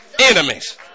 enemies